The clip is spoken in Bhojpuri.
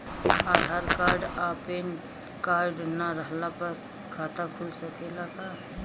आधार कार्ड आ पेन कार्ड ना रहला पर खाता खुल सकेला का?